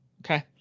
Okay